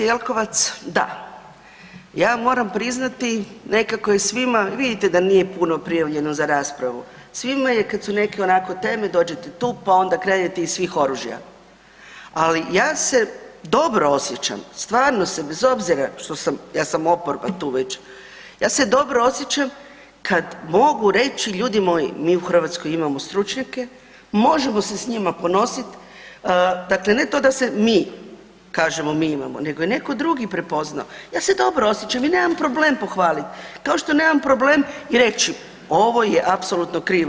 Kolegice Jelkovac, da, ja moram priznati nekako je svima, vidite da nije puno prijavljeno za raspravu, svima je kad su neke onako teme, dođete tu pa onda krenete iz svih oružja, ali ja se dobro osjećam, stvarno se bez obzira što sam, ja sam oporba tu već, ja se dobro osjećam kad mogu reći ljudi moji, mi u Hrvatskoj imamo stručnjake, možemo se s njima ponosit, dakle ne to da se mi kažemo mi imamo, nego je neko drugi prepoznao, ja se dobro osjećam i nemam problem pohvalit, kao što nemam problem i reći ovo je apsolutno krivo.